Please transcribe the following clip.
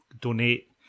donate